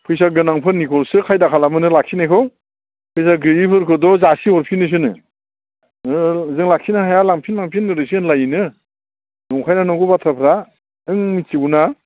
फैसा गोनांफोरनिखौसो खायदा खालामोनो लाखिनायखौ फैसा गैयैफोरखौथ' जासिहरफिनोसो नो ओहो ओहो जों लाखिनो हाया लांफिन लांफिन ओरैसो होनलायो नो नंखाय ना नंगौ बाथ्राफ्रा नों मिथिगौना